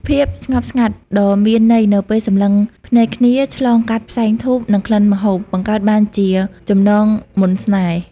ភាពស្ងប់ស្ងាត់ដ៏មានន័យនៅពេលសម្លឹងភ្នែកគ្នាឆ្លងកាត់ផ្សែងធូប និងក្លិនម្ហូប បង្កើតបានជាចំណងមន្តស្នេហ៍។